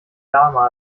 lama